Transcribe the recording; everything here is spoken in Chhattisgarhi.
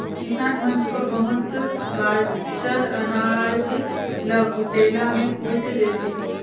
किसान मन थोर बहुत बाचल अनाज ल कुटेला मे कुइट देथे